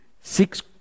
six